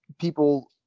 people –